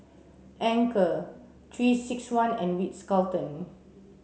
anchor three six one and Ritz Carlton